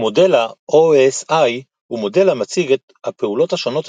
מודל ה־OSI הוא מודל המציג את הפעולות השונות